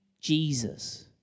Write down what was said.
Jesus